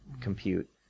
compute